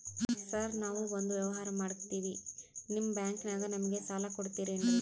Sir ನಾವು ಒಂದು ವ್ಯವಹಾರ ಮಾಡಕ್ತಿವಿ ನಿಮ್ಮ ಬ್ಯಾಂಕನಾಗ ನಮಿಗೆ ಸಾಲ ಕೊಡ್ತಿರೇನ್ರಿ?